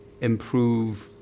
improve